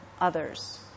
others